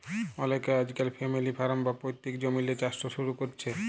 অলেকে আইজকাইল family farm বা পৈত্তিক জমিল্লে চাষট শুরু ক্যরছে